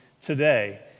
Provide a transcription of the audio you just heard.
Today